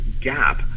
gap